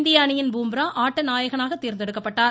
இந்திய அணியின் பும்ரா ஆட்ட நாயகனாக தேர்ந்தெடுக்கப்பட்டார்